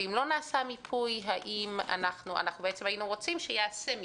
ואם לא נעשה מיפוי אנחנו בעצם היינו רוצים שייעשה מיפוי.